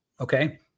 Okay